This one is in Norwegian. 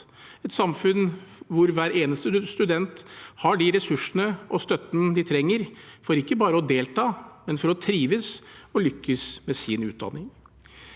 et samfunn hvor hver eneste student har de ressursene og den støtten de trenger, ikke bare for å delta, men for å trives og lykkes med sin utdanning.